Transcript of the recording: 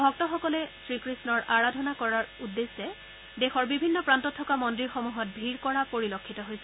ভক্তসকলে শ্ৰীকৃষ্ণৰ আৰাধনা কৰাৰ উদ্দেশ্যে দেশৰ বিভিন্ন প্ৰান্তত থকা মদ্দিৰসমূহত ভিৰ কৰা পৰিলক্ষিত হৈছে